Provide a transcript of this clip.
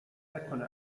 نکنه